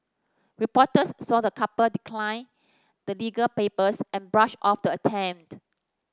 reporters saw the couple decline the legal papers and brush off the attempt